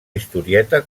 historieta